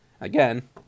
Again